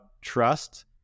trust